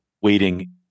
waiting